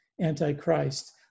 antichrist